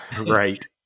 Right